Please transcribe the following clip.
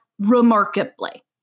remarkably